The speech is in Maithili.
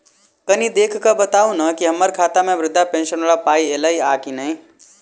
कनि देख कऽ बताऊ न की हम्मर खाता मे वृद्धा पेंशन वला पाई ऐलई आ की नहि?